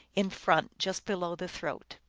in front, just below the throat.